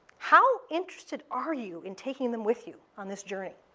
how interested are you in taking them with you on this journey?